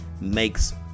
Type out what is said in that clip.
makes